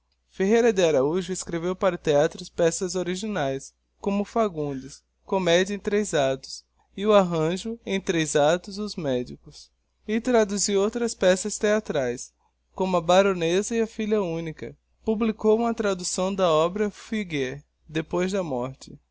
ferreira de araújo escreveu para o theatro peças originaes como o fagundesy comedia em actos e o arranjo em actos os médicos e traduziu outras peças theatraes como a baronesa e filha única publicou uma traducção da obra de figuier depois da morte